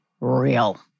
real